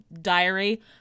diary